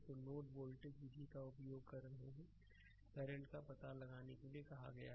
तो node voltage विधि का उपयोग कर रहे हैंकरंट का पता लगाने के लिए कहा गया है